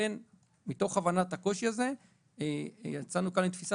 מתוך הבנת הקושי הזה יצאנו כאן עם תפיסה